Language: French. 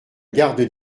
garde